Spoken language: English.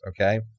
okay